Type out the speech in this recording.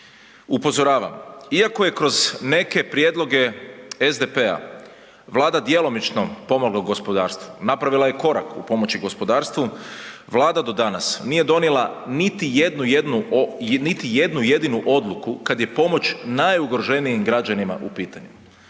Upozoravam iako je kroz neke prijedloge SDP-a Vlada djelomično pomoglo gospodarstvu, napravila je korak u pomoći gospodarstvu, Vlada do danas nije donijela niti jednu jedinu odluku, kad je pomoć najugroženijim građanima u pitanju.